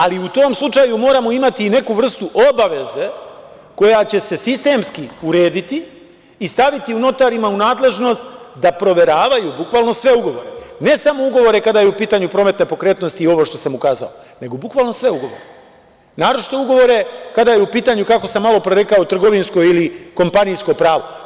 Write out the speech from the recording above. Ali, u tom slučaju, moramo imati neku vrstu obaveze koja će se sistemski urediti i staviti notarima u nadležnost da proveravaju bukvalno sve ugovore, ne samo ugovore kada je u pitanju promet nepokretnosti i ovo što sam ukazao, nego bukvalno sve ugovore, naročito ugovore kada je u pitanju, kako sam malopre rekao, trgovinsko ili kompanijsko pravo.